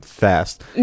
fast